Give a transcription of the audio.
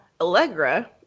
Allegra